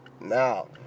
now